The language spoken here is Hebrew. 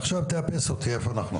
עכשיו, תאפס אותי איפה אנחנו עומדים.